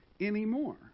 anymore